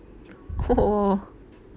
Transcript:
!whoa!